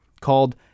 called